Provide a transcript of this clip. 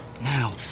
now